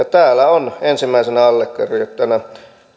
täällä on ensimmäisenä allekirjoittajana